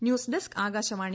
news desk Akashvani